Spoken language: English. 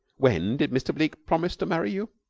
when did mr. bleke promise to marry you?